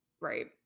Right